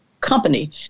company